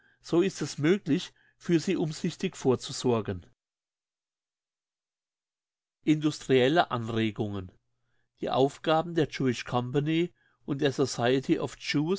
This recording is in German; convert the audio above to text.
so ist es möglich für sie umsichtig vorzusorgen industrielle anregungen die aufgaben der jewish company und der society of